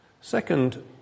second